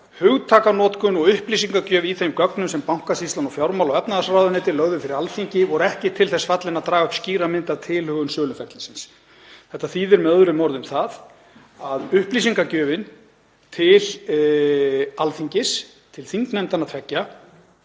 „Hugtakanotkun og upplýsingagjöf í þeim gögnum sem Bankasýslan og fjármála- og efnahagsráðuneyti lögðu fyrir Alþingi voru ekki til þess fallin að draga upp skýra mynd af tilhögun söluferlisins.“ Þetta þýðir með öðrum orðum að upplýsingagjöfin til Alþingis, til þingnefndanna tveggja,